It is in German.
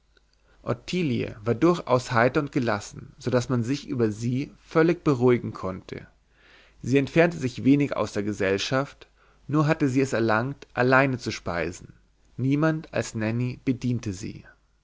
war durchaus heiter und gelassen so daß man sich über sie völlig beruhigen konnte sie entfernte sich wenig aus der gesellschaft nur hatte sie es erlangt allein zu speisen niemand als nanny bediente sie